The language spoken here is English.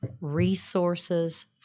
resources